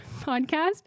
podcast